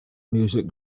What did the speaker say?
music